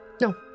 No